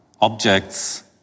objects